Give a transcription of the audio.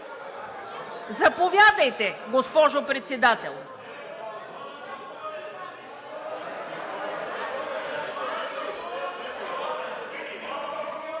Заповядайте, госпожо Председател.